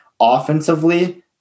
offensively